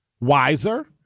wiser